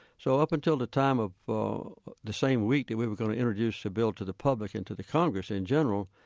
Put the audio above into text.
so up until the time of the the same week that we were going to introduce the bill to the public and to the congress in general,